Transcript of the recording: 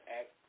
act